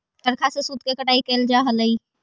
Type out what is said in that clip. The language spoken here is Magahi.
चरखा से सूत के कटाई कैइल जा हलई